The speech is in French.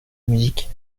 musique